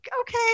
okay